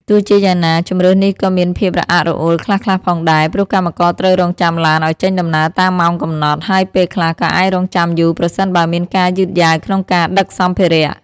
ទោះជាយ៉ាងណា ជម្រើសនេះក៏មានភាពរអាក់រអួលខ្លះៗផងដែរ ព្រោះកម្មករត្រូវរង់ចាំឡានឱ្យចេញដំណើរតាមម៉ោងកំណត់ ហើយពេលខ្លះក៏អាចរង់ចាំយូរប្រសិនបើមានការយឺតយ៉ាវក្នុងការដឹកសម្ភារៈ។